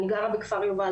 אני גרה בכפר יובל,